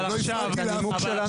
לא הפרעתי לאף אחד.